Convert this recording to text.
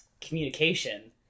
Communication